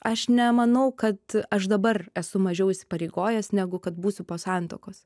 aš nemanau kad aš dabar esu mažiau įsipareigojęs negu kad būsiu po santuokos